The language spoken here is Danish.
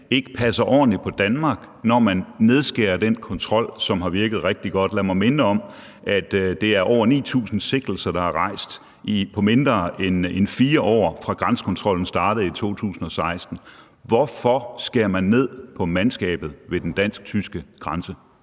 ikke passer ordentligt på Danmark, når man skærer ned på den kontrol, som har virket rigtig godt. Lad mig minde om, at det er over 9.000 sigtelser, der er rejst på mindre end 4 år, fra grænsekontrollen startede i 2016. Hvorfor skærer man ned på mandskabet ved den dansk-tyske grænse?